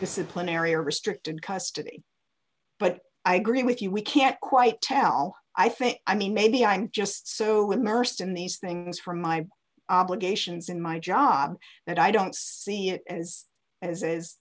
disciplinary or restricted custody but i agree with you we can't quite tell i think i mean maybe i'm just so immersed in these things from my obligations in my job that i don't see it as as